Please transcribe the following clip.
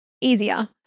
easier